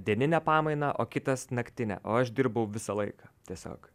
dieninę pamainą o kitas naktinę o aš dirbau visą laiką tiesiog